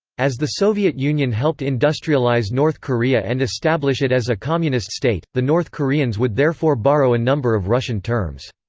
as the soviet union helped industrialize north korea and establish it as a communist state, the north koreans would therefore borrow a number of russian terms.